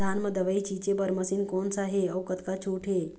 धान म दवई छींचे बर मशीन कोन सा हे अउ कतका छूट हे?